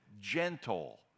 gentle